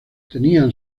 tenían